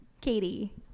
Katie